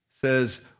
says